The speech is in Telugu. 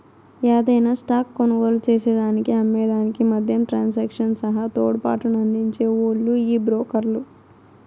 యాదైన స్టాక్ కొనుగోలు చేసేదానికి అమ్మే దానికి మద్యం ట్రాన్సాక్షన్ సహా తోడ్పాటునందించే ఓల్లు ఈ బ్రోకర్లు